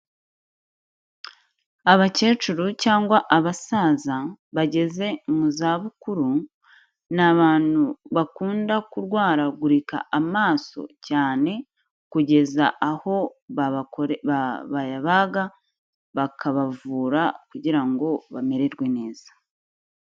Abakecuru cyangwa abasaza bageze mu zabukuru ni abantu bakunda kurwaragurika amaso cyane kugeza aho bayabaga, bakabavura kugira ngo bamererwe neza.